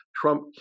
Trump